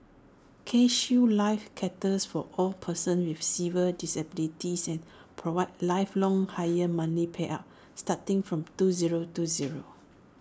CareShield life caters for all persons with severe disabilities provides lifelong higher monthly payouts starting from two zero two zero